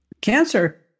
cancer